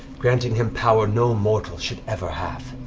granting him power no mortal should ever have.